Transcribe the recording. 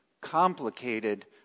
complicated